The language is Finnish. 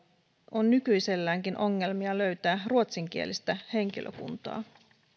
on nykyiselläänkin ongelmia löytää ruotsinkielistä henkilökuntaa